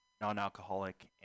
non-alcoholic